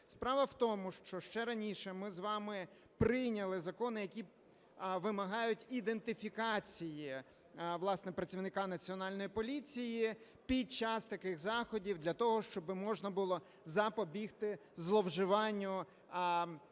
Справа в тому, що ще раніше ми з вами прийняли закони, які вимагають ідентифікації, власне, працівника Національної поліції під час таких заходів для того, щоб можна було запобігти зловживанню